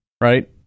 right